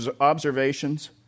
observations